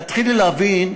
תתחילי להבין,